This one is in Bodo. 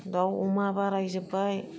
दाउ अमा बाराय जोब्बाय